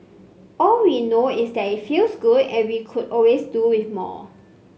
all we know is that it feels good and we could always do with more